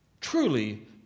truly